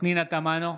פנינה תמנו,